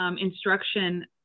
instruction